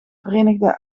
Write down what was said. verenigde